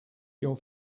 your